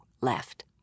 left